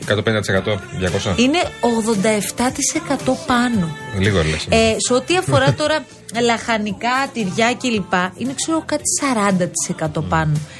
150% 200. Είναι 87% πάνω. Λίγο, λες, εμένα. Ε, σε ό,τι αφορά τώρα λαχανικά, τυριά κλπ, είναι, ξέρω, κάτι 40% Μμμ. πάνω.